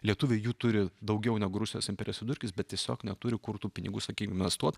lietuviai jų turi daugiau negu rusijos imperijos vidurkis bet tiesiog neturi kur tų pinigų sakykim investuot